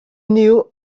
knew